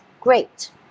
great